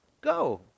go